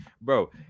bro